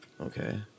Okay